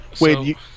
Wait